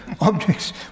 objects